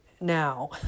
now